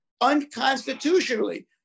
unconstitutionally